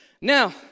Now